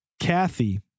Kathy